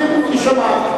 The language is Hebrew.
אם היא תסכים, תשאל.